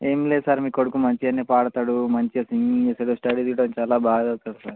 ఏమి లేదు సార్ మీ కొడుకు మంచిగా పాడతాడు మంచిగా సింగింగ్ చేస్తాడు స్టడీస్ కూడా చాలా బాగా చదువుతాడు సార్